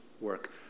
work